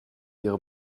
ihre